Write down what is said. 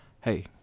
hey